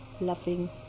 loving